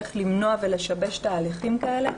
איך למנוע ולשבש תהליכים כאלה,